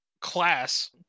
class